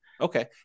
Okay